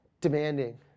Demanding